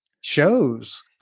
shows